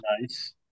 nice